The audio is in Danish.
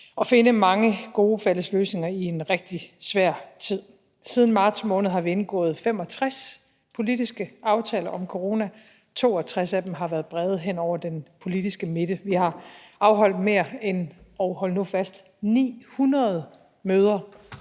at finde mange gode fælles løsninger i en rigtig svær tid. Siden marts måned har vi indgået 65 politiske aftaler om corona, og 62 af dem har været brede aftaler hen over den politiske midte. Vi har afholdt mere end – og